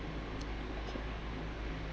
okay